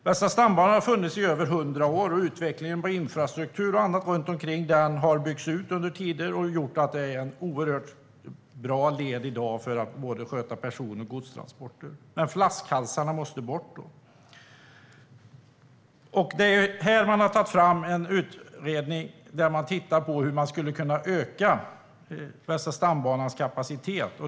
Västra stambanan har funnits i över hundra år, och infrastruktur och annat runt omkring den har under tiden utvecklats och byggts ut, vilket gör att detta i dag är en oerhört bra led för att sköta både persontransporter och godstransporter. Men flaskhalsarna måste bort. Man har därför tagit fram en utredning som tittar på hur man skulle kunna öka Västra stambanans kapacitet.